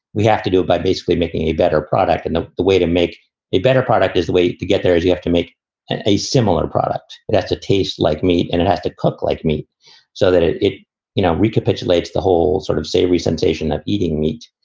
we have to do it by basically making a better product. and the the way to make a better product is way to get there is you have to make a similar product. that's a taste like meat and it has to cook like me so that it it you know recapitulated the whole sort of savory sensation of eating meat.